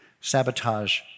sabotage